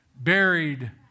buried